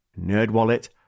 NerdWallet